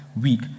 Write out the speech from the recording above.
weak